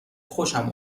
خوشم